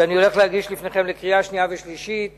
שאני הולך להציג לפניכם לקריאה שנייה ולקריאה שלישית